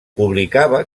publicava